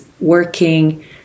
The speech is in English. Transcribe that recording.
working